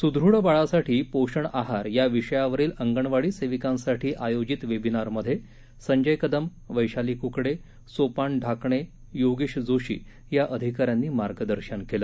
सुदृढ बाळासाठी पोषण आहार या विषयावरील अंगणवाडी सेविकांसाठी आयोजित वेबिनारमध्ये संजय कदम वैशाली कुकडे सोपान ढाकणे योगेश जोशी या अधिका यांनी मार्गदर्शन केलं